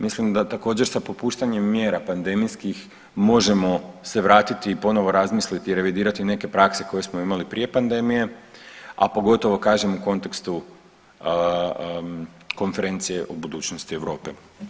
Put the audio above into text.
Mislim da također sa popuštanjem mjera pandemijskih možemo se vratiti i ponovo razmisliti i revidirati neke prakse koje smo imali prije pandemije, a pogotovo kažem u kontekstu konferencije o budućnosti Europe.